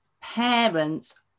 parents